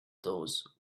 those